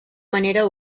manera